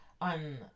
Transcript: On